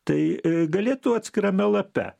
tai galėtų atskirame lape